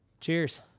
Cheers